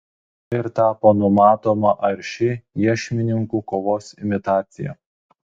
ir tapo numatoma arši iešmininkų kovos imitacija